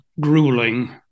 grueling